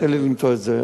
תן לי למצוא את זה.